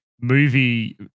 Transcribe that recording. movie